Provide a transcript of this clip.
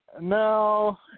No